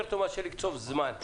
יותר טוב מאשר לקצוב זמן.